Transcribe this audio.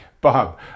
bob